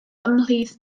ymhlith